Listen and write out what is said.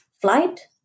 flight